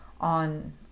on